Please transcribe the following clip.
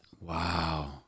Wow